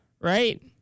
right